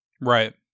Right